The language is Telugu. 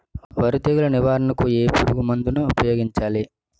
వరి తెగుల నివారణకు ఏ పురుగు మందు ను ఊపాయోగించలి?